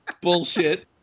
bullshit